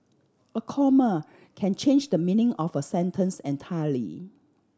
a comma can change the meaning of a sentence entirely